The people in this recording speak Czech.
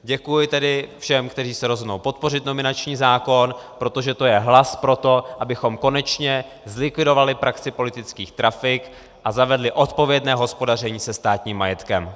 Děkuji tedy všem, kteří se rozhodnou podpořit nominační zákon, protože to je hlas pro to, abychom konečně zlikvidovali praxi politických trafik a zavedli odpovědné hospodaření se státním majetkem.